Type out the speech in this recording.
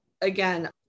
again